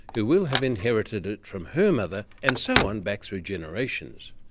who will have inherited it from her mother and so on back through generations,